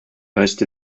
most